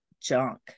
junk